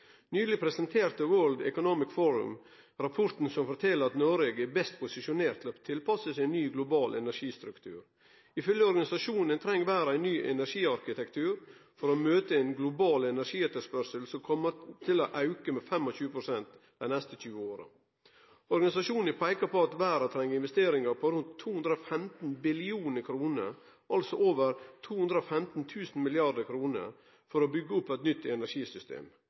Nyleg presenterte World Economic Forum rapporten som fortel at Noreg er best posisjonert til å tilpasse seg ny global energistruktur. Ifølgje organisasjonen treng verda ein ny energiarkitektur for å møte ein global energietterspørsel som kjem til å auke med 25 pst. dei neste 20 åra. Organisasjonen peiker på at verda treng investeringar på rundt 215 billionar kroner, altså over 215 000 mrd. kr for å byggje opp eit nytt energisystem.